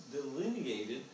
delineated